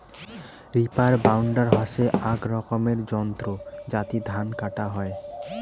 reaper binder হসে আক রকমের যন্ত্র যাতি ধান কাটা হই